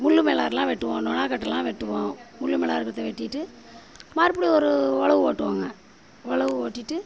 முள்ளுமெலார்லாம் வெட்டுவோம் நுணாக்கட்டலாம் வெட்டுவோம் முள்ளுமேலா இருக்கிறத வெட்டிட்டு மறுபடியும் ஒரு ஒழவு ஓட்டுவோங்க ஒழவு ஓட்டிட்டு